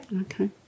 okay